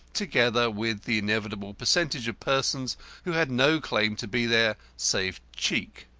together with the inevitable percentage of persons who had no claim to be there save cheek.